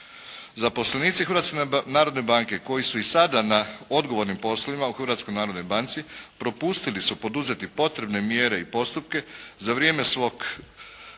narodne banke koji su i sada na odgovornim poslovima u Hrvatskoj narodnoj banci, propustili su poduzeti potrebne mjere i postupke za vrijeme svog privremenog